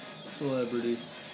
Celebrities